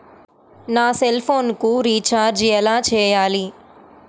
నా సెల్ఫోన్కు రీచార్జ్ ఎలా చేయాలి?